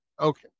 Okay